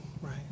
Right